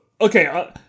okay